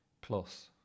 plus